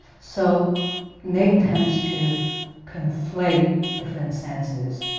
so nick tends to conflate different senses.